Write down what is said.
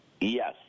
Yes